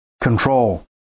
Control